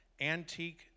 antique